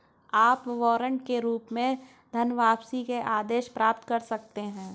आप वारंट के रूप में धनवापसी आदेश प्राप्त कर सकते हैं